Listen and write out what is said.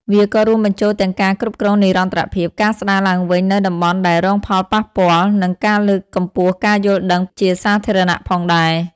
វាក៏រួមបញ្ចូលទាំងការគ្រប់គ្រងនិរន្តរភាព ការស្ដារឡើងវិញនូវតំបន់ដែលរងផលប៉ះពាល់ និងការលើកកម្ពស់ការយល់ដឹងជាសាធារណៈផងដែរ។